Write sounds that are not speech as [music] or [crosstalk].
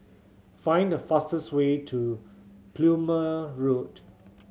find the fastest way to [unintelligible] Road